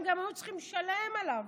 הם גם היו צריכים לשלם עליו.